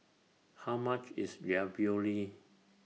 How much IS Ravioli